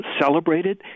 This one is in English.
celebrated